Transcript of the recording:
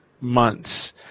months